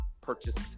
purchased